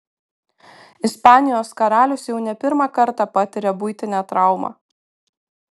ispanijos karalius jau ne pirmą kartą patiria buitinę traumą